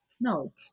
No